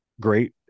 great